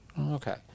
Okay